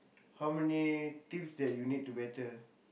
how many teams that you need to battle